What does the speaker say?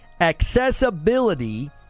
accessibility